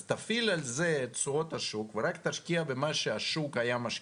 אז תפעיל על זה את תשואות השוק ורק תשקיע במה שהשוק היה משקיע.